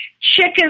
Chicken